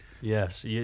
Yes